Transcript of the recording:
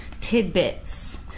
tidbits